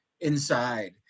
inside